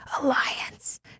Alliance